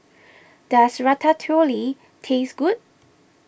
does Ratatouille taste good